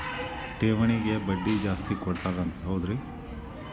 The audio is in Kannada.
ಠೇವಣಿಗ ಬಡ್ಡಿ ಜಾಸ್ತಿ ಕೊಡ್ತಾರಂತ ಹೌದ್ರಿ?